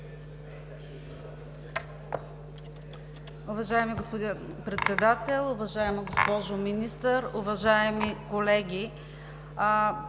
Уважаеми господин Председател, уважаема госпожо Министър, уважаеми колеги!